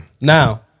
Now